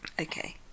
okay